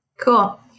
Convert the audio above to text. Cool